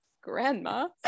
Grandma